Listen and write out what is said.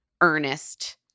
earnest